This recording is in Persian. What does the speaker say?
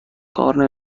کار